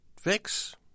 fix